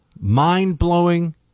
mind-blowing